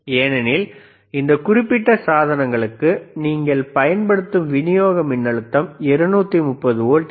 ஏனெனில் இந்த குறிப்பிட்ட சாதனங்களுக்கு நீங்கள் பயன்படுத்தும் விநியோக மின்னழுத்தம் 230 வோல்ட் ஏ